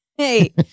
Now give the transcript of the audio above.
Hey